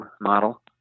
model